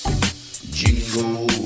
Jingle